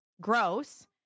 gross